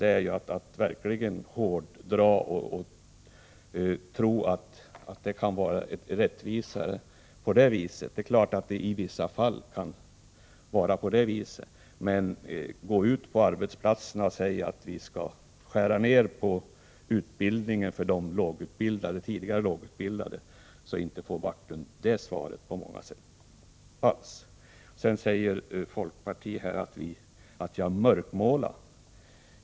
Det är klart att det i vissa fall kan vara på det sättet, men det är verkligen att hårdra det, att tro att det kan bli rättvisare på det sättet. Om Backlund går ut på arbetsplatserna och säger att han vill skära ned utbildningen för de tidigare lågutbildade, så inte får han på många ställen det svar han angav. Folkpartiets representant säger att jag mörkmålar.